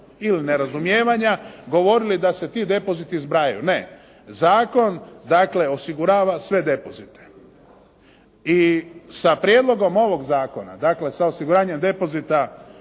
ili nerazumijevanja govorili da se ti depoziti zbrajaju. Ne. Zakon dakle osigurava sve depozite. I sa prijedlogom ovog zakona, dakle sa osiguranjem depozita